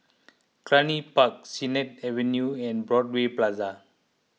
Cluny Park Sennett Avenue and Broadway Plaza